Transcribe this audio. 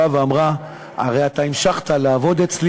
באה ואמרה: הרי אתה המשכת לעבוד אצלי,